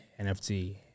NFT